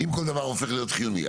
אם כל דבר הופך להיות חיוני.